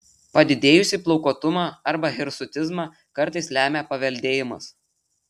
padidėjusį plaukuotumą arba hirsutizmą kartais lemia paveldėjimas